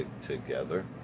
together